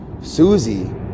Susie